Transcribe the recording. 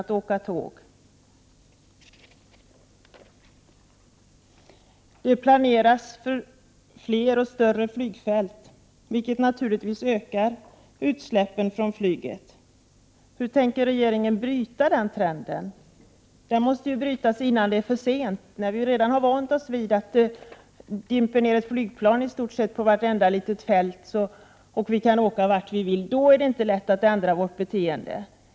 Det planeras för fler och större flygfält, vilket naturligtvis skulle öka utsläppen från flyget. Hur tänker regeringen bryta den trenden? Den måste brytas innan det är för sent, innan vi har vant oss vid att det dimper ner flygplan på i stort sett varje litet fält, och innan vi har vant oss vid att kunna åka flyg vart vi vill. När det har gått så långt är det inte lätt att ändra vårt beteende.